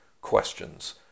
questions